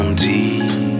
deep